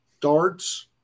darts